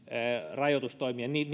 rajoitustoimienkin